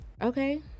okay